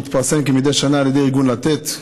שמתפרסם כמדי שנה על ידי ארגון לתת.